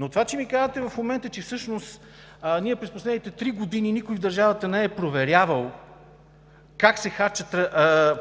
обаче, че ми казвате в момента, че всъщност през последните три години никой в държавата не е проверявал как се харчат